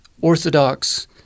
orthodox